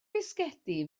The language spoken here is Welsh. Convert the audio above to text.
fisgedi